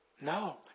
No